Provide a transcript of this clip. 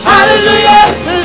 Hallelujah